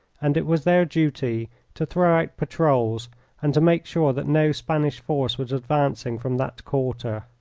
and it was their duty to throw out patrols and to make sure that no spanish force was advancing from that quarter.